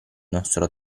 nostro